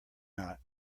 not